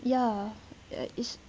ya it's I